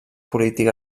polític